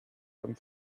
come